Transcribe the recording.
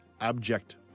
abject